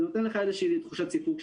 זה נותן לך איזו תחושת סיפוק,